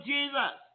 Jesus